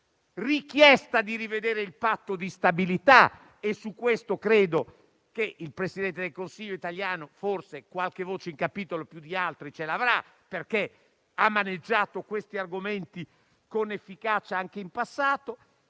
è quella di rivedere il patto di stabilità e su questo credo che forse il Presidente del Consiglio italiano qualche voce in capitolo più di altri ce l'avrà, perché ha maneggiato questi argomenti con efficacia anche in passato.